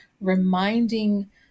reminding